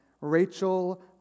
Rachel